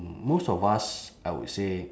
most of us I would say